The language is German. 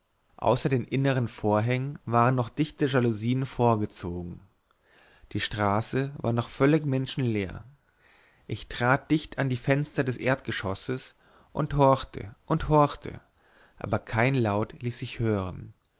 außer den innern vorhängen waren noch dichte jalousien vorgezogen die straße war noch völlig menschenleer ich trat dicht an die fenster des erdgeschosses und horchte und horchte aber kein laut ließ sich hören